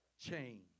change